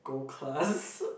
gold class